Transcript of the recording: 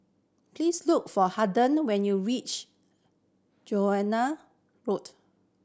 please look for Harden when you reach Road